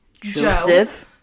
Joseph